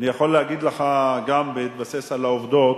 אני יכול להגיד לך גם בהתבסס על העובדות,